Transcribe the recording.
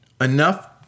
enough